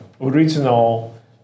original